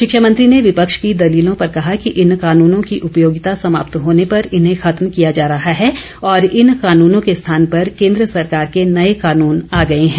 शिक्षा मंत्री ने विपक्ष की दलीलों पर कहा कि इन कानूनों की उपयोगिता समाप्त होने पर इन्हें खत्म किया जा रहा है और इन कानूनों के स्थान पर केंद्र सरकार के नए कानून आ गए हैं